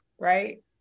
right